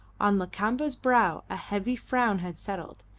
on lakamba's brow a heavy frown had settled,